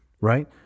Right